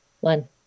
One